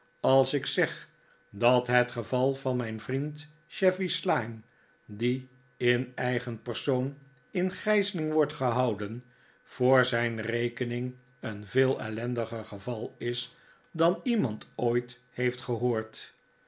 als ik zeg dat het geval van mijn vriend chevy slyme die in eigen persoon in gijzeling wordt gehouden voor zijn rekening een veel ellendiger geval is dan iemand ooit heeft gehoord